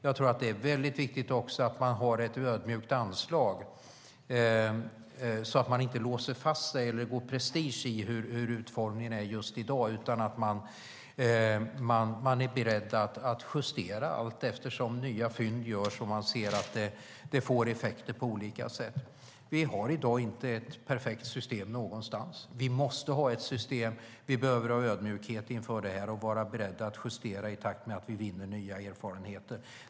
Det är också väldigt viktigt att man har ett ödmjukt anslag så att man inte låser fast sig eller det går prestige i hur utformningen ska vara just i dag utan att man är beredd att justera vartefter nya fynd görs och man ser att det får effekter på olika sätt. Vi har i dag inte ett perfekt system någonstans. Vi måste ha ett system. Vi behöver ha ödmjukhet inför det och vara beredda att justera i takt med att vi vinner nya erfarenheter.